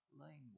language